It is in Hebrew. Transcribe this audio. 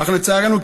אך לצערנו,